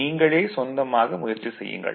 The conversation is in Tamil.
நீங்களே சொந்தமாக முயற்சி செய்யுங்கள்